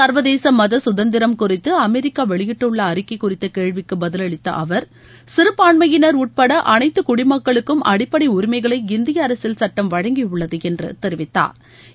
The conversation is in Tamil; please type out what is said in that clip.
சர்வதேச மத கதந்திரம் குறித்து அமெரிக்கா வெளியிட்டுள்ள அறிக்கை குறித்த கேள்விக்கு பதிலளித்த அவர் சிறபான்மயினர் உட்பட அனைத்து குடிமக்களுக்கும் அடிப்படை உரிமைகளை இந்திய அரசியல் சட்டம் வழங்கியுள்ளது என்று தெரிவித்தாா்